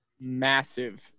massive